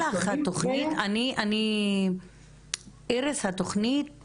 איריס, התוכנית